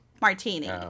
martini